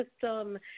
system